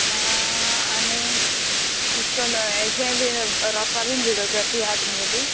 आनी येशकोन हेजे बी रोसा बी व्हिडीयोग्राफी आहा तुमगेली